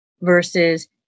versus